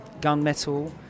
gunmetal